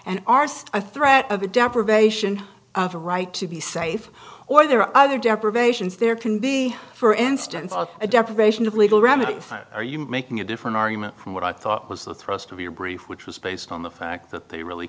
and arst a threat of a deprivation of a right to be safe or there are other deprivations there can be for instance a deprivation of legal remedies are you making a different argument from what i thought was the thrust of your brief which was based on the fact that they really